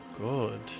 good